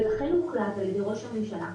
לכן הוחלט על-ידי ראש הממשלה,